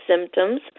symptoms